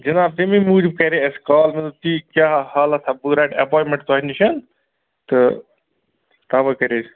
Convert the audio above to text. جِناب تَمی موٗجوب کرے اَسہِ کال مےٚ دوٚپ تی کیٛاہ حالاتہ بہٕ رَٹہٕ اٮ۪پایِنٛٹمٮ۪نٛٹ تۄہہِ نَش تہٕ تَوَے کرے اَسہِ